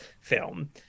film